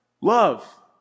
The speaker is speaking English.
Love